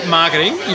marketing